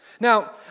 Now